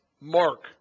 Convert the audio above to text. Mark